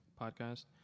podcast